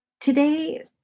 today